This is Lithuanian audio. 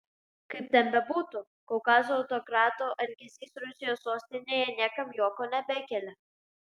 kaip ten bebūtų kaukazo autokrato elgesys rusijos sostinėje niekam juoko nebekelia